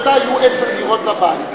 כי הוא ידע שיהיו עשר דירות בבית.